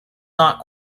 not